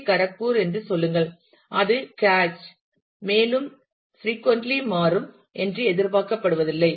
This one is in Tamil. டி கரக்பூர் என்று சொல்லுங்கள் அது கேச் மேலும் பிரீகொந்த்லி மாறும் என்று எதிர்பார்க்கப்படுவதில்லை